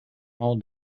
all